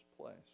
place